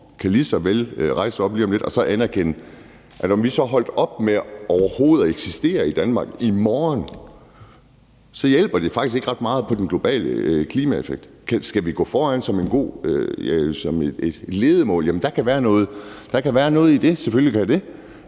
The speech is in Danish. kan lige så vel rejse sig op lige om lidt og anerkende, at om vi så holdt op med overhovedet at eksistere i Danmark i morgen, så hjælper det faktisk ikke ret meget på den globale klimaeffekt. Skal vi gå foran? Der kan være noget i det, selvfølgelig kan der